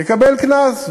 יקבל קנס.